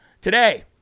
Today